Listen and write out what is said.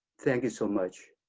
thank you so much